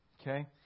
Okay